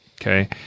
Okay